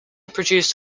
produced